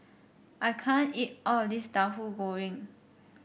I can't eat all of this Tahu Goreng